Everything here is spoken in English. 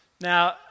Now